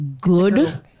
good